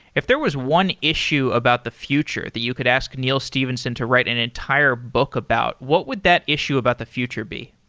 if there was one issue about the future that you could ask neal stephenson to write an entire book about, what would that issue about the future be?